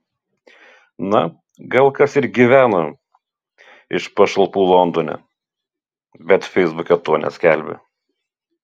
na gal kas ir gyvena iš pašalpų londone bet feisbuke to neskelbia